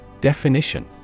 Definition